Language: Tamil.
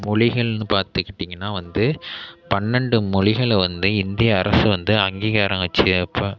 மொழிகள்ன்னு பார்த்துக்கிட்டிங்ன்னா வந்து பன்னெண்டு மொழிகளை வந்து இந்திய அரசு வந்து அங்கீகாரம் வச்சு அப்போ